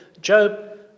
Job